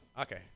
Okay